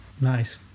nice